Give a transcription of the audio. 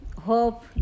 hope